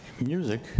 music